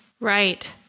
Right